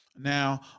Now